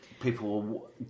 People